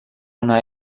una